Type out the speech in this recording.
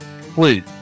please